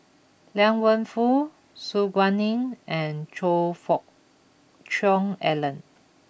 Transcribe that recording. Liang Wenfu Su Guaning and Choe Fook Cheong Alan